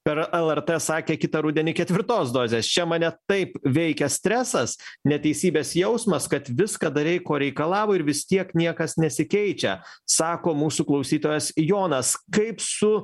per lrt sakė kitą rudenį ketvirtos dozės čia mane taip veikia stresas neteisybės jausmas kad viską darei ko reikalavo ir vis tiek niekas nesikeičia sako mūsų klausytojas jonas kaip su